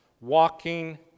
walking